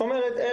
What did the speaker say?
זאת אומרת,